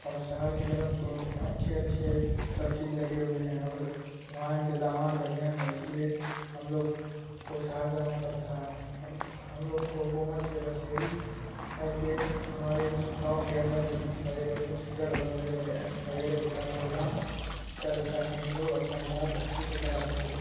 اور شہر کی طرف اچھے اچھے سب چیز لگے ہوئے ہیں اور وہاں انتظامات بڑھیاں ہے اس لیے ہم لوگ کو سہر جانا پڑتا ہے ہم ہم لوگوں کو حکومت سے بس یہی ہے کہ ہمارے گاؤں کے اندر بھی بڑے بڑے ہاسپٹل اور بڑے بڑے ایمس وغیرہ کا انتظام کرے تاکہ ہم لوگ اپنا علاج اچھے سے کرا سکیں